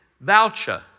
voucher